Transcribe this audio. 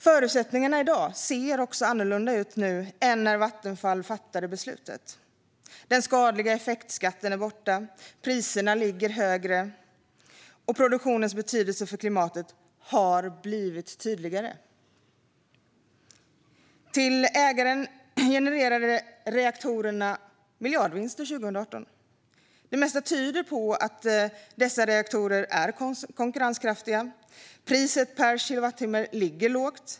Förutsättningarna ser annorlunda ut nu i dag än när Vattenfall fattade beslutet. Den skadliga effektskatten är borta, priserna ligger högre och produktionens betydelse för klimatet har blivit tydligare. Till ägaren genererade reaktorerna miljardvinster 2018. Det mesta tyder på att reaktorerna är konkurrenskraftiga. Priset per kilowattimme ligger lågt.